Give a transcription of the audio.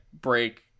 break